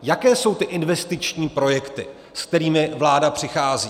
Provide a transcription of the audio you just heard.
Jaké jsou ty investiční projekty, s kterými vláda přichází?